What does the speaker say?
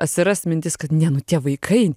atsirast mintis kad ne nu tie vaikai